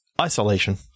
Isolation